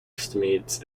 estimates